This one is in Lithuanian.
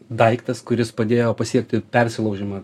daiktas kuris padėjo pasiekti persilaužimą